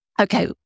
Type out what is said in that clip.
okay